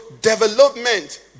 development